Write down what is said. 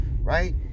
right